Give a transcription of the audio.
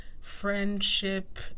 friendship